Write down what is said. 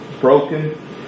broken